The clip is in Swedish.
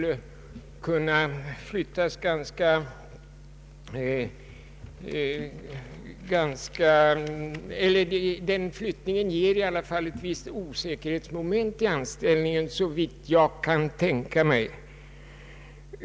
En sådan flyttning skapar dock ett osäkerhetsmoment i anställningen, såvitt jag kan förstå.